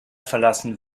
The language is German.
verlassen